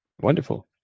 Wonderful